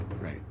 right